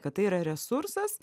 kad tai yra resursas